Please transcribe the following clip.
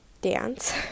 dance